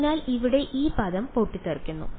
അതിനാൽ ഇവിടെ ഈ പദം പൊട്ടിത്തെറിക്കുന്നു